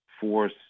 force